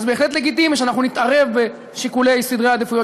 אז בהחלט לגיטימי שאנחנו נתערב בשיקולי סדרי העדיפויות